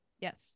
Yes